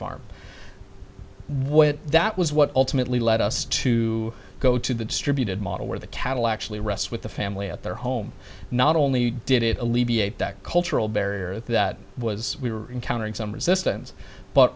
what that was what ultimately led us to go to the distributed model where the cattle actually rest with the family at their home not only did it alleviate that cultural barrier that was we were encountering some resistance but